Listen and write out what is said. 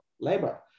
labor